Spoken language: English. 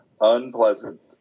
unpleasant